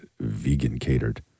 vegan-catered